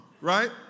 right